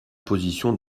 position